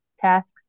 tasks